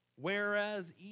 Whereas